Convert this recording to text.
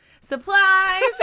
Supplies